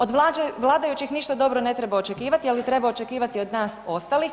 Od vladajućih ništa dobro ne treba očekivati, ali treba očekivati od nas ostalih.